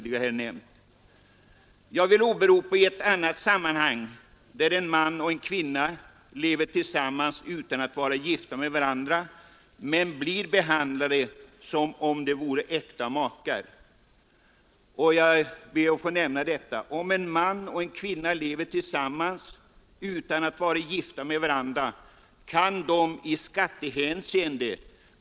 Jag vill åberopa ett annat sammanhang där en man och en kvinna som lever tillsammans utan att vara gifta med varandra blir behandlade som om de vore äkta makar, nämligen i skattehänseende. Denna ordning Jag har inget yrkande, eftersom en utredning behandlar problemet, men jag Loppas verkligen att den här frågan, som jag anser är viktig, löses med det snaraste.